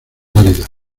áridas